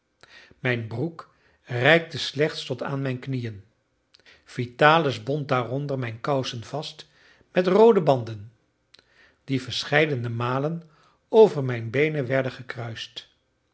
mijn broek reikte slechts tot aan mijn knieën vitalis bond daaronder mijn kousen vast met roode banden die verscheidene malen over mijn beenen werden gekruist